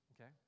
okay